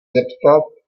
zeptat